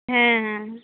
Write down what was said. ᱦᱮᱸ ᱦᱮᱸ